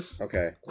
Okay